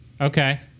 Okay